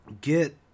get